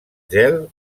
gel